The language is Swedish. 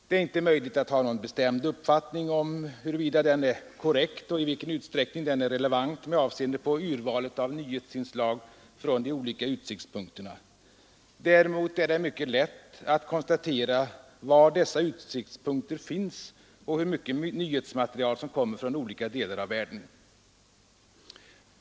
Det är inte möjligt att ha någon bestämd uppfattning om huruvida den är korrekt och i vilken utsträckning den är relevant med avseende på urvalet av nyhetsinslag från de olika utsiktspunkterna. Däremot är det mycket lätt att konstatera var dessa utsiktspunkter finns och hur mycket nyhetsmaterial som kommer från olika delar av världen.